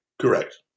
Correct